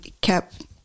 kept